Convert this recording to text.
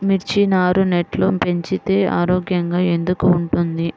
మిర్చి నారు నెట్లో పెంచితే ఆరోగ్యంగా ఎందుకు ఉంటుంది?